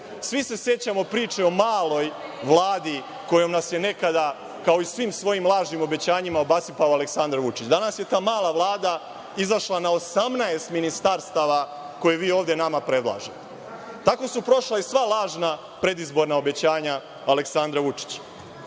se sećamo priče o maloj Vladi kojom nas je nekada, kao i svim svojim lažnim obećanjima, obasipao Aleksandar Vučić. Danas je ta mala Vlada izašla na 18 ministarstava koje vi ovde nama predlažete. Tako su prošla i sva lažna predizborna obećanja Aleksandra Vučića. Ono